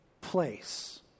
place